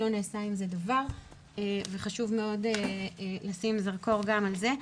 לא נעשה עם זה דבר וחשוב מאוד לשים זרקור גם על זה.